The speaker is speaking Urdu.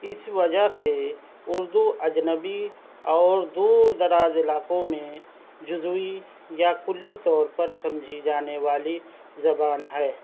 اس وجہ سے اردو اجنبی اور دور دراز علاقوں میں جزوی یا کلی طور پر سمجھی جانے والی زبان ہے